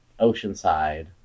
Oceanside